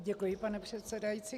Děkuji, pane předsedající.